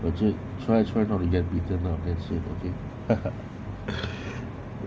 but just try try not to get beaten up that's it okay haha